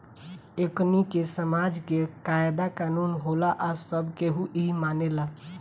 एकनि के समाज के कायदा कानून होला आ सब केहू इ मानेला